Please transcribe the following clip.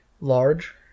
large